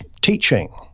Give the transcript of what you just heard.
teaching